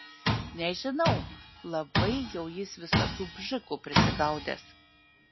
nežinau labai jau jis visokių bžikų prisigaudęs